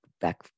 back